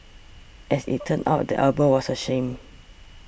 as it turn out the album was a sham